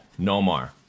Nomar